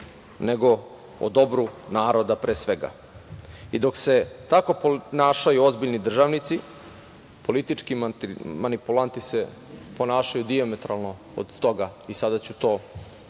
nego o dobru naroda pre svega i dok se tako ponašaju ozbiljni državnici politički manipulanti se ponašaju dijametralno od toga i sada ću to da